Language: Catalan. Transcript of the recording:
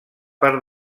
per